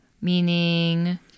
meaning